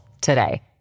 today